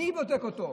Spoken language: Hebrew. מי בודק אותו?